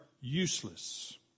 useless